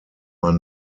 man